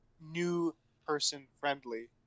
new-person-friendly